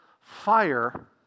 fire